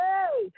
Hey